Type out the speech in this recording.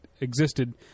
existed